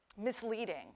misleading